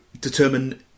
determine